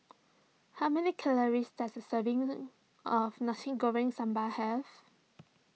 how many calories does a serving of Nasi Goreng Sambal have